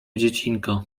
dziecinko